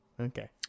Okay